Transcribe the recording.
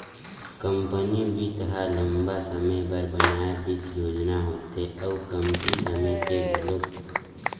company बित्त ह लंबा समे बर बनाए बित्त योजना होथे अउ कमती समे के घलोक